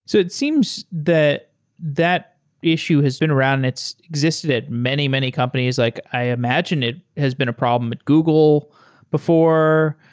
so it seems that that issue has been around and it's existed at many, many companies. like i imagine it has been a problem at google before.